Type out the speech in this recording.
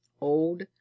old